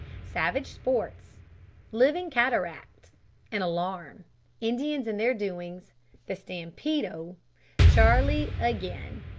savage sports living cataracts an alarm indians and their doings the stampedo charlie again.